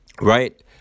right